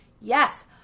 yes